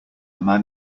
man